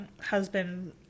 husband